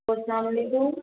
السلام علیکم